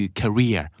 career